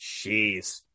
jeez